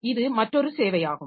இது மற்றொரு சேவையாகும்